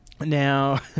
Now